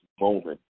moment